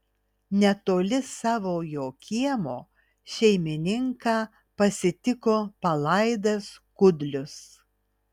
netoli savojo kiemo šeimininką pasitiko palaidas kudlius